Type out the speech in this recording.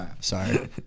Sorry